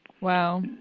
Wow